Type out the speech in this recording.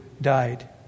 died